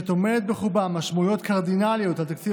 שטומנת בחובה משמעויות קרדינליות על תקציב